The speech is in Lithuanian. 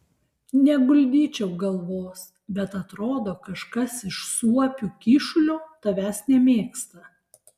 neguldyčiau galvos bet atrodo kažkas iš suopių kyšulio tavęs nemėgsta